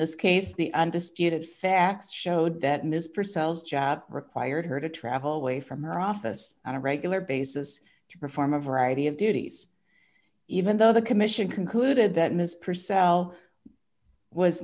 this case the undisputed facts showed that ms purcell's job required her to travel away from her office on a regular basis to perform a variety of duties even though the commission concluded that ms purcell was